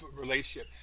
relationship